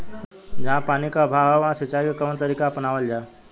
जहाँ पानी क अभाव ह वहां सिंचाई क कवन तरीका अपनावल जा?